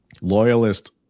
Loyalist